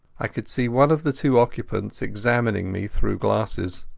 i could see one of the two occupants examining me through glasses.